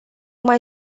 mai